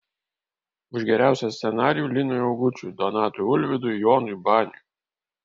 už geriausią scenarijų linui augučiui donatui ulvydui jonui baniui